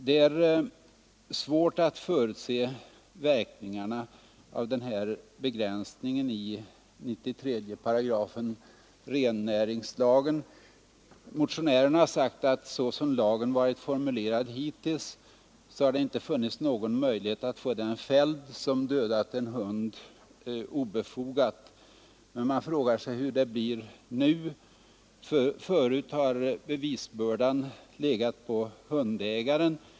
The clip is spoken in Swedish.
Det är svårt att förutse verkningarna av den här begränsningen i 93 § rennäringslagen. Motionärerna har sagt att det — så som lagen varit formulerad hittills — inte funnits någon möjlighet att få den fälld som dödat en hund obefogat. Men hur blir det nu? Förut har bevisbördan legat på hundägaren.